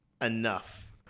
enough